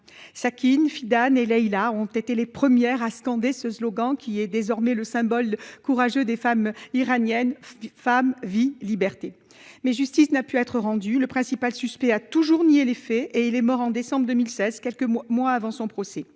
Sakine Fida Leila ont été les premières à scander ce slogan qui est désormais le symbole de courage des femmes iraniennes, femme, vie, liberté, mais justice n'a pu être rendu. Le principal suspect a toujours nié les faits et il est mort en décembre 2016 quelques mois moi avant son procès.